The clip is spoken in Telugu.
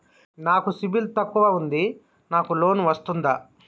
నాకు సిబిల్ తక్కువ ఉంది నాకు లోన్ వస్తుందా?